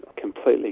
completely